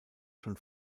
schon